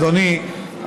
אדוני,